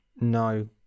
No